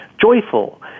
joyful